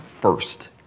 first